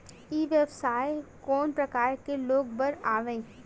ई व्यवसाय कोन प्रकार के लोग बर आवे?